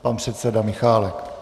Pan předseda Michálek.